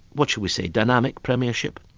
what shall we say, dynamic premiership?